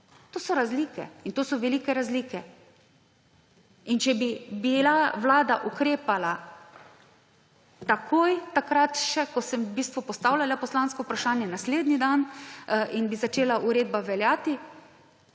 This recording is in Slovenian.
To so razlike in to so velike razlike. Če bi bila Vlada ukrepala takoj, takrat še, ko sem v bistvu postavljala poslansko vprašanje, naslednji dan in bi začela uredba veljati,